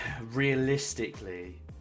realistically